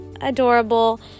adorable